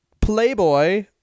Playboy